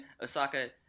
Osaka